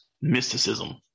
mysticism